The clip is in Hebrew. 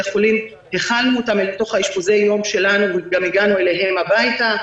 חולים הכלנו אותם אל תוך אשפוזי היום שלנו וגם הגענו אליהם הביתה,